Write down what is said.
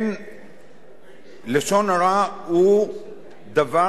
שלשון הרע הוא דבר שפרסומו עלול